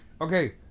Okay